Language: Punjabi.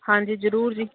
ਹਾਂਜੀ ਜ਼ਰੂਰ ਜੀ